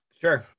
Sure